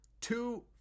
Two